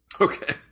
Okay